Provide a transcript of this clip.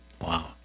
Wow